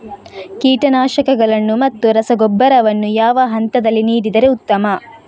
ಕೀಟನಾಶಕಗಳನ್ನು ಮತ್ತು ರಸಗೊಬ್ಬರವನ್ನು ಯಾವ ಹಂತದಲ್ಲಿ ನೀಡಿದರೆ ಉತ್ತಮ?